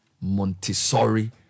Montessori